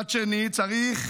צריך